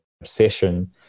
obsession